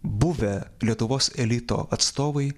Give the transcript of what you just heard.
buvę lietuvos elito atstovai